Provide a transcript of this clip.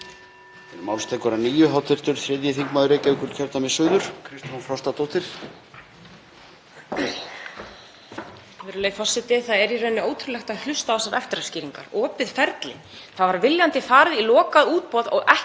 Það er í rauninni ótrúlegt að hlusta á þessar eftiráskýringar. Opið ferli. Það var viljandi farið í lokað útboð og